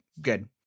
good